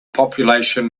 population